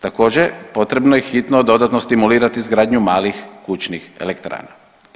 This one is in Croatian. Također potrebno je hitno dodatno stimulirati izgradnju malih kućnih elektrana.